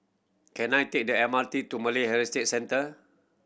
can I take the M R T to Malay Heritage Centre